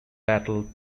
battle